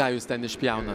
ką jūs ten išpjauna